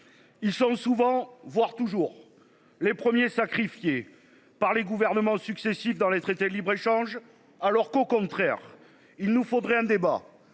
Ils sont souvent voire toujours les premiers sacrifiés par les gouvernements successifs dans les traités de libre-échange alors qu'au contraire, il nous faudrait un débat